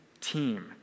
team